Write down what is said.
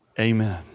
Amen